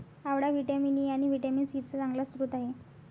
आवळा vitamin E आणि vitamin C चा चांगला स्रोत आहे